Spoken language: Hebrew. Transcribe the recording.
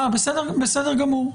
בסדר גמור,